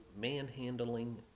Manhandling